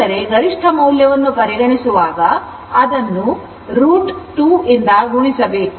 ಅಂದರೆ ಇದು ಗರಿಷ್ಠ ಮೌಲ್ಯವನ್ನು ಪರಿಗಣಿಸುವಾಗ ಅದನ್ನು √2 ನಿಂದ ಗುಣಿಸಬೇಕು